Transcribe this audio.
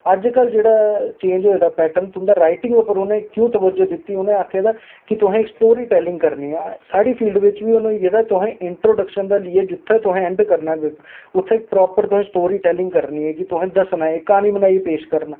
अज्ज कल जेह्ड़ा चेंज होए दा पैटर्न तुं'दे राईटिंग उप्पर उ'नें क्यों तबज्जो दित्ती उ'नें आक्खे दा कि तुसें इक स्टोरी टैलिंग करनी ऐ साढ़ी फील्ड बिच्च बी हून होई गेदा तुसें इंट्रोडक्शन दा लेइयै जित्थें तुसें ऐंड करना ऐ उत्थें तुसें प्रापर इक स्टोरी टैलिंग करनी ऐ कि तुसें दस्सना ए क्हानी बनाइयै पेश करना